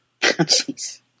Jeez